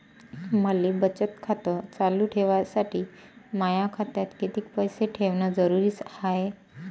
मले बचत खातं चालू ठेवासाठी माया खात्यात कितीक पैसे ठेवण जरुरीच हाय?